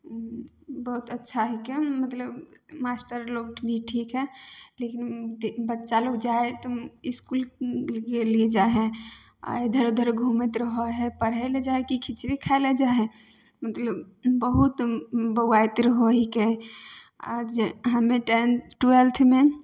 बहुत अच्छा हइके मतलब मास्टर लोग भी ठीक हइ लेकिन बच्चा लोग जाइ हइ तऽ इसकुल गेली जाइ हइ आओर इधर उधर घुमैत रहै हइ पढ़य लऽ जाइ हइ कि खिचड़ी खाइ लऽ जाइ हइ मतलब बहुत बौआइत रहै हइके आओर जे हमे टेन ट्वेल्थमे